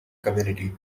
community